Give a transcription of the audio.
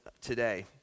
today